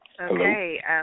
Okay